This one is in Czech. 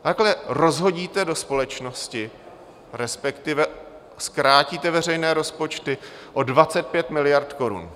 Takhle rozhodíte do společnosti, respektive zkrátíte veřejné rozpočty o 25 miliard korun.